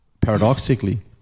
paradoxically